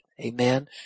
Amen